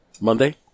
Monday